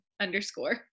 underscore